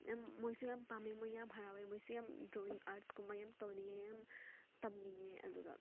ꯌꯥꯝ ꯃꯣꯏꯁꯨ ꯌꯥꯝ ꯄꯥꯝꯃꯦ ꯃꯣꯏ ꯌꯥꯝ ꯍꯔꯥꯎꯋꯦ ꯃꯣꯏꯁꯨ ꯌꯥꯝ ꯗ꯭ꯔꯣꯋꯤꯡ ꯑꯥꯔꯠꯁꯀꯨꯝꯕ ꯌꯥꯝ ꯇꯧꯅꯤꯡꯉꯦ ꯌꯥꯝ ꯇꯝꯅꯤꯡꯉꯦ ꯑꯗꯨꯒ